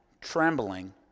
trembling